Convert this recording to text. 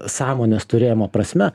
sąmonės turėjimo prasme